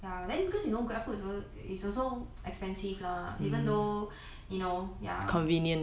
ya then because you know grab food also is also expensive lah even though you know ya